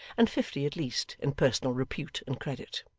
and fifty at least in personal repute and credit.